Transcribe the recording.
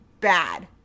bad